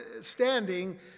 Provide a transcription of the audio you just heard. standing